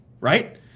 right